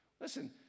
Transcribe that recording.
Listen